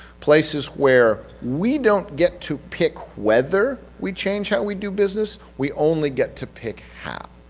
places where we don't get to pick whether we change, how we do business, we only get to pick how.